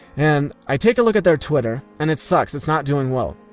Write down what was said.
and i take a look at their twitter, and it sucks, it's not doing well.